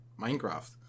Minecraft